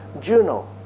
Juno